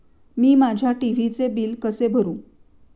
मी माझ्या टी.व्ही चे बिल कसे भरू?